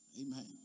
Amen